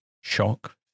shock